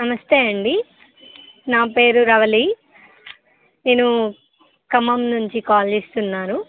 నమస్తే అండి నా పేరు రవలి నేను ఖమ్మం నుంచి కాల్ చేస్తున్నాను